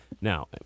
Now